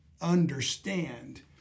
understand